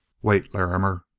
wait, larrimer!